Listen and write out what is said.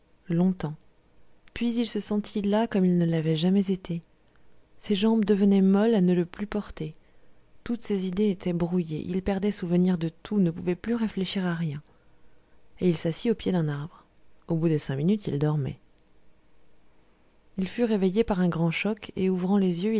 longtemps puis il se sentit las comme il ne l'avait jamais été ses jambes devenaient molles à ne le plus porter toutes ses idées étaient brouillées il perdait souvenir de tout ne pouvait plus réfléchir à rien et il s'assit au pied d'un arbre au bout de cinq minutes il dormait il fut réveillé par un grand choc et ouvrant les yeux